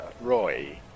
Roy